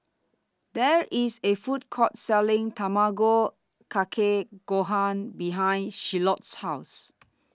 There IS A Food Court Selling Tamago Kake Gohan behind Shiloh's House